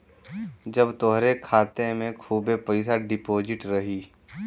जब तोहरे खाते मे खूबे पइसा डिपोज़िट रही